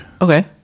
okay